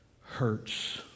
hurts